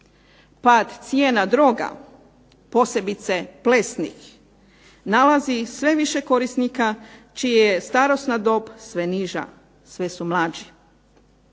Pad cijena droga, posebice plesnih, nalazi sve više korisnika čija je starosna dob sve niža, sve su mlađi.